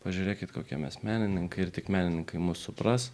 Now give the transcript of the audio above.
pažiūrėkit kokie mes menininkai ir tik menininkai mus supras